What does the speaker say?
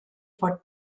for